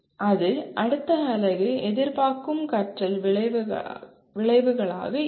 அது அடுத்த அலகு எதிர்பார்க்கும் கற்றல் விளைவுகளாக இருக்கும்